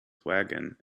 wagon